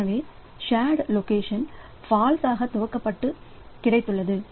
எனவே share to location ஃபால்ஸ் துவக்கப்பட்ட கிடைத்துள்ளது